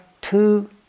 two